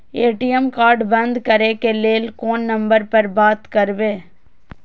ATM card बंद करे के लेल कोन नंबर पर बात करबे?